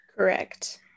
Correct